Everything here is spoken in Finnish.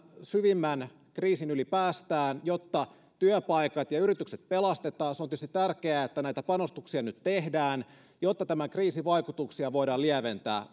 syvimmän kriisin yli päästään jotta työpaikat ja yritykset pelastetaan se on tietysti tärkeää että näitä panostuksia nyt tehdään jotta tämän kriisin vaikutuksia voidaan lieventää